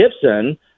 Gibson